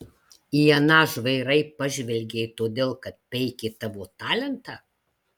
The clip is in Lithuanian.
į aną žvairai pažvelgei todėl kad peikė tavo talentą